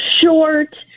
short